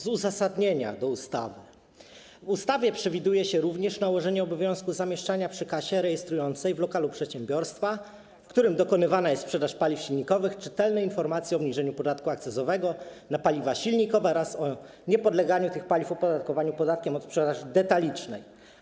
Z uzasadnienia ustawy: „W ustawie przewiduje się również nałożenie obowiązku zamieszczania przy kasie rejestrującej w lokalu przedsiębiorstwa, w którym dokonywana jest sprzedaż paliw silnikowych, czytelnej informacji o obniżeniu podatku akcyzowego na paliwa silnikowe oraz o niepodleganiu tych paliw opodatkowaniu podatkiem od sprzedaży detalicznej.